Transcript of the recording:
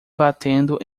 batendo